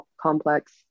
complex